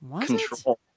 Control